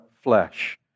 flesh